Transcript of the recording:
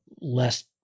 less